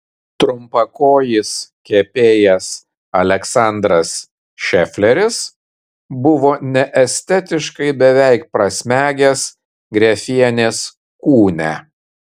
trumpakojis kepėjas aleksandras šefleris buvo neestetiškai beveik prasmegęs grefienės kūne